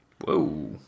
Whoa